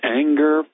anger